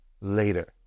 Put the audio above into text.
later